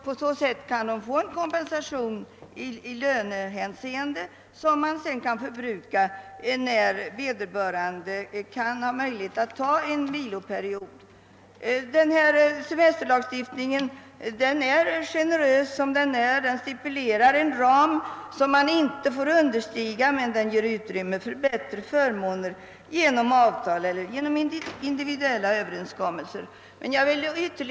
På så sätt kan dessa få en kompensation i lönehänseende, vilken sedan kan förbrukas när vederbörande har möjlighet att ta en viloperiod. Semesterlagen är i sig själv generös. Den stipulerar en ram som inte får understigas men som genom avtal eller individuella överenskommelser ger utrymme för bättre förmåner.